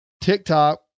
TikTok